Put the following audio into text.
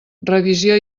revisió